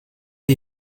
die